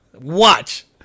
Watch